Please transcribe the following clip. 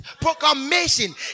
proclamation